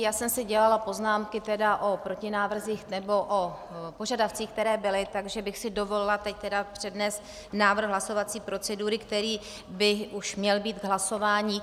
Já jsem si dělala poznámky tedy o protinávrzích nebo o požadavcích, které byly, takže bych si dovolila teď přednést návrh hlasovací procedury, který by už měl být k hlasování.